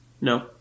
No